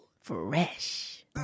Fresh